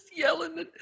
Yelling